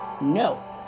No